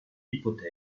hypothèse